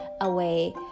away